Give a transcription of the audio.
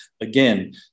again